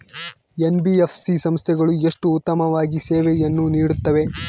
NBFC ಸಂಸ್ಥೆಗಳು ಎಷ್ಟು ಉತ್ತಮವಾಗಿ ಸೇವೆಯನ್ನು ನೇಡುತ್ತವೆ?